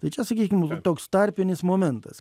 tai čia sakykim toks tarpinis momentas